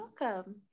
welcome